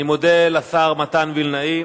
אני מודה לשר מתן וילנאי.